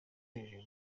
hejuru